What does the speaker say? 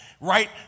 right